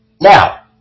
Now